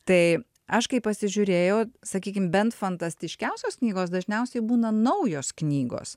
tai aš kai pasižiūrėjau sakykim bent fantastiškiausios knygos dažniausiai būna naujos knygos